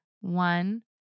one